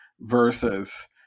Versus